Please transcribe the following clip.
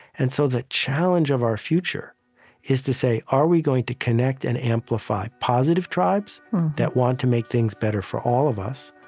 and so the challenge of our future is to say, are we going to connect and amplify positive tribes that want to make things better for all of us?